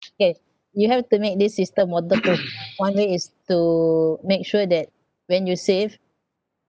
K you have to make this system waterproof one way is to make sure that when you save